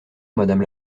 madame